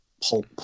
pulp